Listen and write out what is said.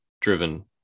driven